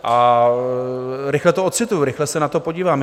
A rychle to ocituji, rychle se na to podívám.